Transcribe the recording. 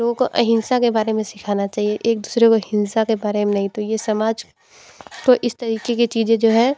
लोगों को अहिंसा के बारे में सीखाना चाहिए एक दूसरे को हिंसा के बारे में नहीं तो ये समाज तो इस तरीके की चीज़ें जो हैं